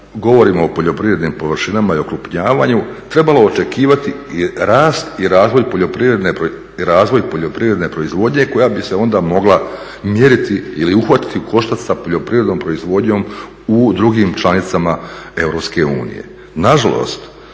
govorimo o poljoprivrednim površinama i okrupnjavanju trebalo očekivati rast i razvoj poljoprivredne proizvodnje koja bi se onda mogla mjeriti ili uhvatiti u koštac sa poljoprivrednom proizvodnjom u drugim članicama